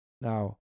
Now